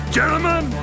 Gentlemen